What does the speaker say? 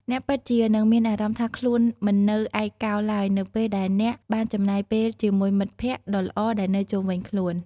អ្នកពិតជានឹងមានអារម្មណ៍ថាខ្លួនមិននៅឯកោឡើយនៅពេលដែលអ្នកបានចំណាយពេលជាមួយមិត្តភក្តិដ៏ល្អដែលនៅជុំវិញខ្លួន។